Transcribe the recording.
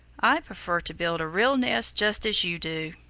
i prefer to build a real nest just as you do.